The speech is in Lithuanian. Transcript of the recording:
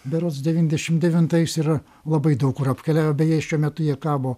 berods devyndešim devintais yra labai daug kur apkeliavę beje šiuo metu jie kabo